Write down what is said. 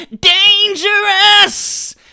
Dangerous